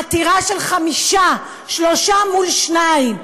עתירה של חמישה, שלושה מול שניים.